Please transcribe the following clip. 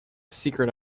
secret